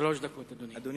שלוש דקות, אדוני.